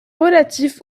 relatif